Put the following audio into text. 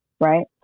right